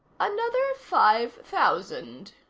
another five thousand,